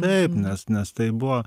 taip nes nes tai buvo